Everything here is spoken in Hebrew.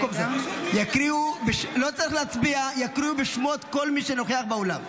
לא צריך להצביע, יקראו בשמות כל מי שנוכח באולם.